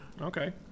Okay